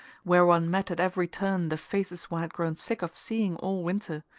where one met at every turn the faces one had grown sick of seeing all winter,